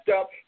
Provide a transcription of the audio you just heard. up